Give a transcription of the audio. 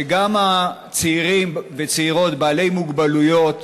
שגם צעירים וצעירות עם מוגבלות,